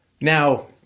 Now